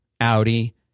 Audi